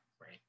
right